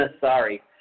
Sorry